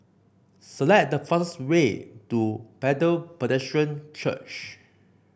select the fastest way to Bethel Church